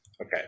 Okay